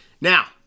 now